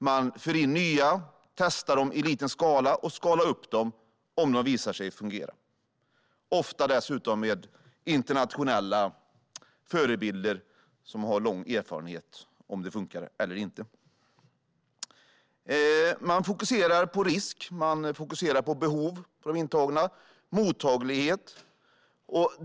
Man för in nya program, testar dem i liten skala och skalar upp dem om de visar sig fungera. Ofta har man internationella förebilder där det finns lång erfarenhet av vad som funkar och inte. Man fokuserar på risk och behov hos de intagna, liksom mottaglighet.